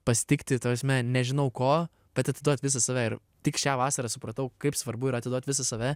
pasitikti ta prasme nežinau ko bet atiduoti visą save ir tik šią vasarą supratau kaip svarbu yra atiduot visą save